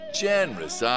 generous